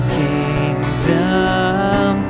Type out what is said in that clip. kingdom